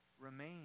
remain